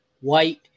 White